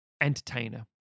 entertainer